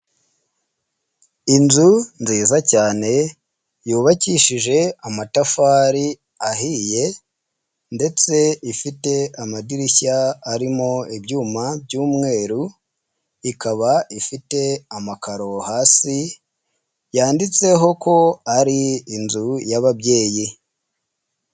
Inzu nziza cyane yubakishije amatafari ahiye ndetse ifite amadirishya arimo ibyuma by'umweru, ikaba ifite amakaro hasi yanditseho ko ari inzu y'ababyeyi.